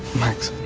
max